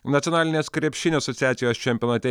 nacionalinės krepšinio asociacijos čempionate